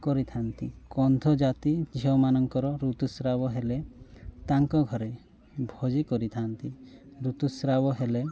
କରିଥାନ୍ତି କନ୍ଧ ଜାତି ଝିଅମାନଙ୍କର ଋତୁସ୍ରାବ ହେଲେ ତାଙ୍କ ଘରେ ଭୋଜି କରିଥାନ୍ତି ଋତୁସ୍ରାବ ହେଲେ